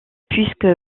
puisque